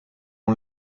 ans